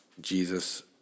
Jesus